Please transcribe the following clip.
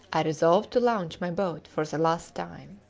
i resolved to launch my boat for the last time.